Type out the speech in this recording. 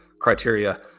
criteria